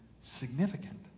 significant